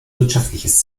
wirtschaftliches